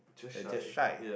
they're just shy